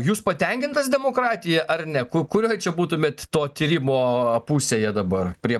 jūs patenkintas demokratija ar ne ku kurioj čia būtumėt to tyrimo pusėje dabar prie